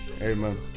Amen